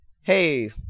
hey